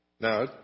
Now